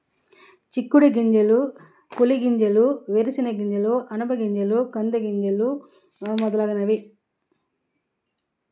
చిక్కుడు గింజలు పులిగింజలు వేరుశనగ గింజలు అనప గింజలు కంది గింజలు వ మొదలగునవి